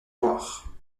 loire